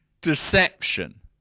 deception